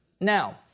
Now